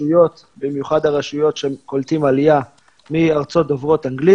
הנושא: מימון פרוייקטורים של משרד העלייה והקליטה ברשויות המקומיות.